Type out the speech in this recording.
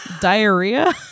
diarrhea